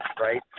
right